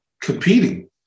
competing